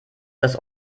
das